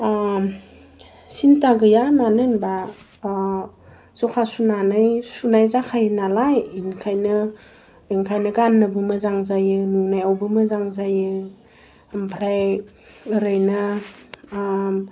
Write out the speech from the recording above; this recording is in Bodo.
सिन्था गैया मानो होनबा जखा सुनानै सुनाय जाखायो नालाय ओंखायनो ओंखायनो गान्नोबो मोजां जायो नुनायावबो मोजां जायो ओमफ्राय ओरैनो